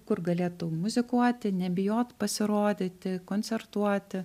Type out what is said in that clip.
kur galėtų muzikuoti nebijot pasirodyti koncertuoti